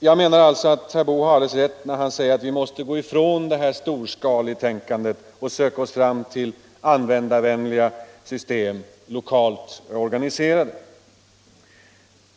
Jag menar alltså att herr Boo har alldeles rätt när han säger att vi måste gå ifrån detta storskaletänkande och söka oss fram till användarvänliga system, lokalt organiserade.